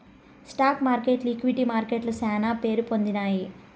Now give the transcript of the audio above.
stock మార్కెట్లు equity మార్కెట్లు శానా పేరుపొందినాయి